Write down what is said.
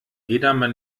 edamer